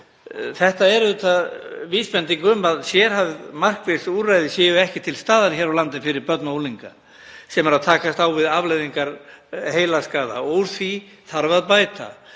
Þetta er auðvitað vísbending um að sérhæfð markviss úrræði séu ekki til staðar hér á landi fyrir börn og unglinga sem takast á við afleiðingar heilaskaða. Úr því þarf að bæta.